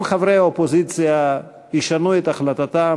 אם חברי האופוזיציה ישנו את החלטתם,